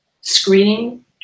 screening